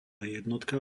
jednotka